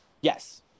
Yes